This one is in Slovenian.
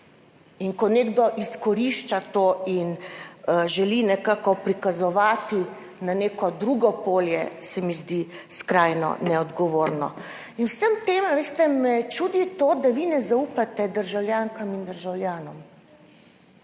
in, ko nekdo izkorišča to in želi nekako prikazovati na neko drugo polje, se mi zdi skrajno neodgovorno in v vsem tem, a veste, me čudi to, da vi ne zaupate državljankam in državljanom.